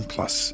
Plus